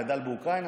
גדל באוקראינה,